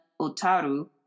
otaru